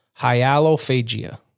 Hyalophagia